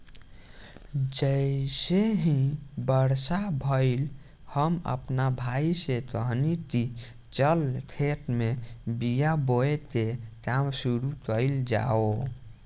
जइसे ही बरखा भईल, हम आपना भाई से कहनी की चल खेत में बिया बोवे के काम शुरू कईल जाव